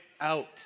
out